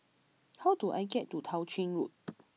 how do I get to Tao Ching Road